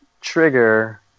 trigger